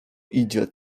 idzie